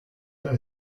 her